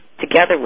together